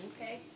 Okay